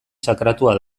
sakratua